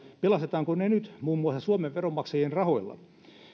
pelastetaanko ne nyt muun muassa suomen veronmaksajien rahoilla